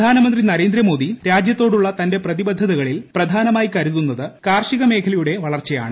പ്രധാനമന്ത്രി നരേന്ദ്രമോദി രാജ്യത്തോടുള്ള തന്റെ പ്രതിബദ്ധതകളിൽ പ്രധാനമായി കരുതുന്നത് കാർഷിക മേഖലയുടെ വളർച്ചയാണ്